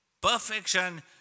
perfection